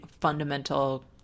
fundamental